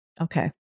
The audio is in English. Okay